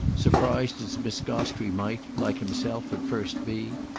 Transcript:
surprised as miss gostrey might, like himself, at first be,